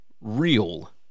real